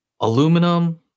Aluminum